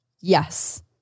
Yes